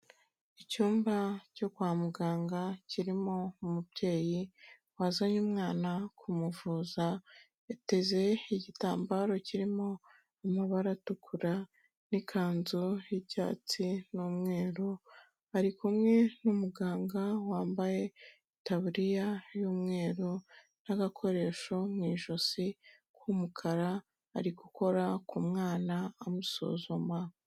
Icyumba cyo kwa muganga kirimo umubyeyi wazanye umwana kumuvuza, yateze igitambaro kirimo amabara atukura n'ikanzu y'icyatsi n'umweru, ari kumwe n'umuganga wambaye itaburiya y'umweru n'agakoresho mu ijosi k'umukara, ari gukora ku mwana amusuzuma.